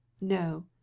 no